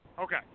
Okay